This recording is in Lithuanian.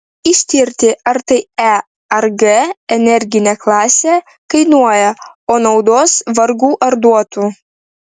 ištirti ar tai e ar g energinė klasė kainuoja o naudos vargu ar duotų